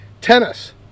Tennis